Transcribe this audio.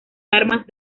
armas